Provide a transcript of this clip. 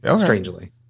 strangely